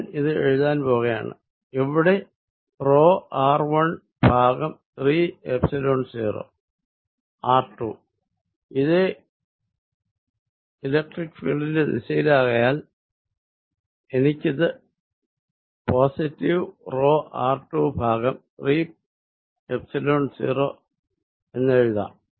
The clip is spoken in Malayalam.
ഞാൻ ഇത് എഴുതാൻ പോകുകയാണ് ഇവിടെ റോ r1 ഭാഗം 3 എപ്സിലോൺ0 r2 ഇതേ ഇലക്ട്രിക്ക് ഫീൽഡിന്റെ ദിശയിലാകയാൽ എനിക്കിത് അധികം റോ r2 ഭാഗം 3 എപ്സിലോൺ 0 എഴുതാം